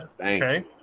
Okay